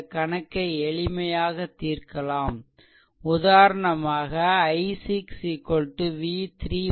இந்த கணக்கை எளிமையாக தீர்க்கலாம் உதாரணமாக i6 V3 2